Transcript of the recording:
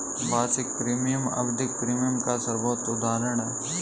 वार्षिक प्रीमियम आवधिक प्रीमियम का सर्वोत्तम उदहारण है